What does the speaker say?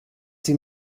sie